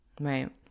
Right